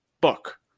book